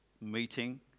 meeting